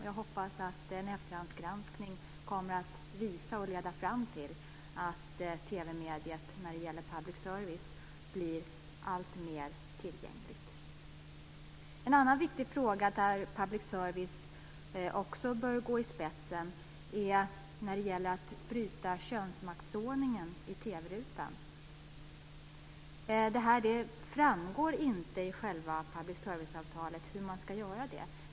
Jag hoppas att en efterhandsgranskning kommer att visa och leda fram till att TV-mediet, när det gäller public service, blir allt mer tillgängligt. Det finns en annan viktig fråga där public service också bör gå i spetsen. Den handlar om att bryta könsmaktsordningen i TV-rutan. Det framgår inte i själva public service-avtalet hur man ska göra det.